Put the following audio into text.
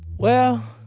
well,